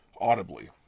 audibly